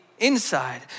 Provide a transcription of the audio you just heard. inside